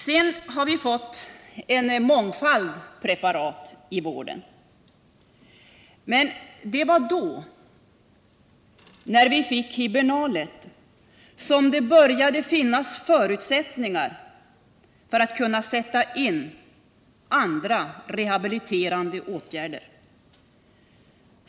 Sedan har vi fått en mångfald preparat i vården. Men det var då, när vi fick hibernalet, som det började finnas förutsättningar för att sätta in andra rehabiliterande åtgärder.